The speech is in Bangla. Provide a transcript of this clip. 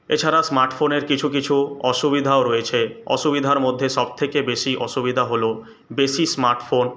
এছাড়া স্মার্টফোনের কিছু কিছু অসুবিধাও রয়েছে অসুবিধার মধ্যে সবথেকে বেশি অসুবিধা হল বেশি স্মার্টফোন